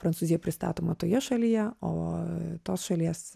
prancūzija pristatoma toje šalyje o tos šalies